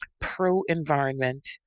pro-environment